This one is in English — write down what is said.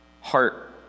heart